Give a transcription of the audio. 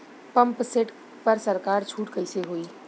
Pump set पर सरकार छूट कईसे होई?